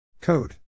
Code